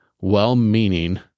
well-meaning